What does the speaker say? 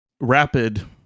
rapid